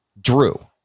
drew